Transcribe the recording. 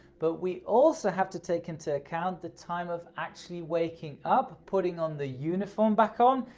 but we also have to take into account the time of actually waking up, putting on the uniform back on,